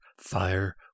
fire